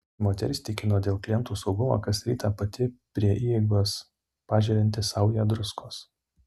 moteris tikino dėl klientų saugumo kas rytą pati prie įeigos pažerianti saują druskos